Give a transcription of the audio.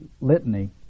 litany